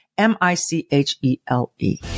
M-I-C-H-E-L-E